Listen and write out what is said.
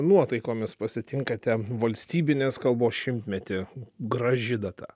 nuotaikomis pasitinkate valstybinės kalbos šimtmetį graži data